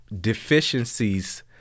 deficiencies